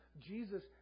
Jesus